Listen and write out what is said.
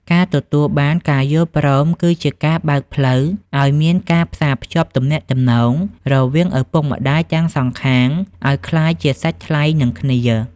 ការទទួលបានការយល់ព្រមគឺជាការបើកផ្លូវឱ្យមានការផ្សារភ្ជាប់ទំនាក់ទំនងរវាងឪពុកម្ដាយទាំងសងខាង ឱ្យក្លាយជាសាច់ថ្លៃនឹងគ្នា។